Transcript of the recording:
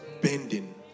bending